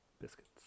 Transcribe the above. Biscuits